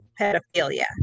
pedophilia